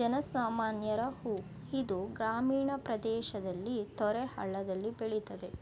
ಜನ ಸಾಮಾನ್ಯರ ಹೂ ಇದು ಗ್ರಾಮೀಣ ಪ್ರದೇಶದಲ್ಲಿ ತೊರೆ ಹಳ್ಳದಲ್ಲಿ ಬೆಳಿತದೆ